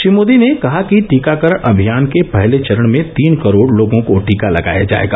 श्री मोदी ने कहा कि टीकाकरण अभियान के पहले चरण में तीन करोड़ लोगों को टीका लगाया जाएगा